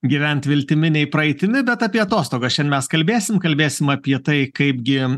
gyvent viltimi nei praeitimi bet apie atostogas šiandien mes kalbėsim kalbėsim apie tai kaipgi